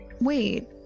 Wait